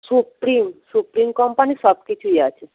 supreme supreme কোম্পানির সব কিছুই আছে